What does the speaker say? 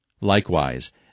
Likewise